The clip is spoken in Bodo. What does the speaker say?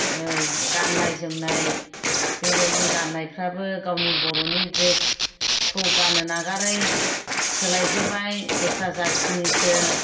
गाननाय जोमनाय बेबायदिनो गाननायफ्राबो गावनि बर'नि ड्रेसखौ गाननो नागारै सोलायजोब्बाय दस्रा जाथिनिसो